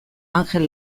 anjel